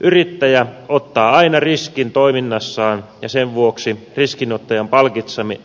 yrittäjä ottaa aina riskin toiminnassaan ja sen vuoksi riskinottajan